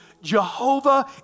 Jehovah